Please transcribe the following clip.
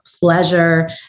pleasure